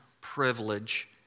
privilege